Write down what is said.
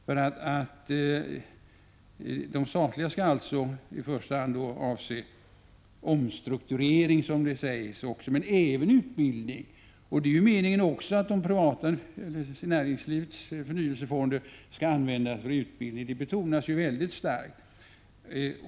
De statliga förnyelsefonderna skall alltså i första hand avse omstrukturering men även utbildning. Det är ju meningen att också det privata näringslivets förnyelsefonder skall användas för utbildning. Det betonas väldigt starkt.